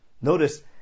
Notice